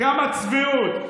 כמה צביעות.